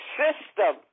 system